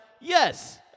Yes